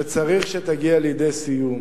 שצריך שתגיע לידי סיום.